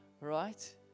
Right